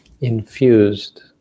infused